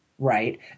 Right